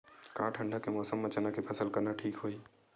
का ठंडा के मौसम म चना के फसल करना ठीक होही?